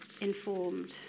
informed